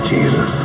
Jesus